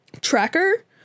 tracker